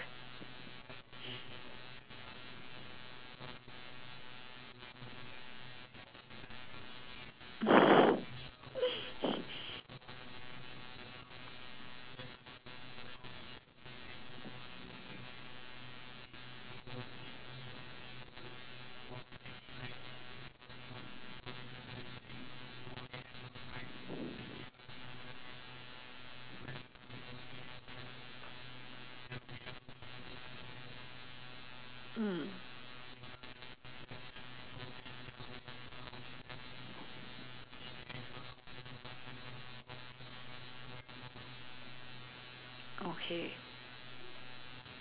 mm okay